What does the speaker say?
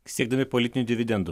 siekdami politinių dividendų